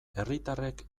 herritarrek